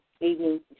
evening